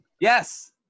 Yes